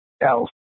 else